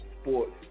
sports